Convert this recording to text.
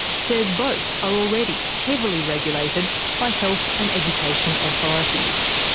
says both are already heavily regulated by health and education authorities.